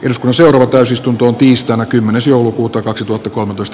jos museo täysistuntoon tiistaina kymmenes joulukuuta muutosesityksen